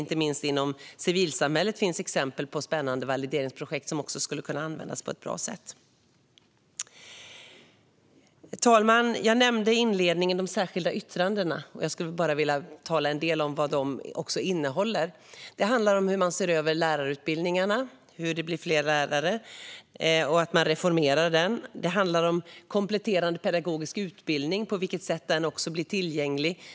Inte minst inom civilsamhället finns exempel på spännande valideringsprojekt som skulle kunna användas på ett bra sätt. Fru talman! Jag nämnde i inledningen de särskilda yttrandena. Jag skulle vilja tala en del om vad de innehåller. Det handlar om hur man ser över lärarutbildningarna, hur det ska bli fler lärare och hur man reformerar utbildningen. Det handlar om kompletterande pedagogisk utbildning och på vilket sätt den blir tillgänglig.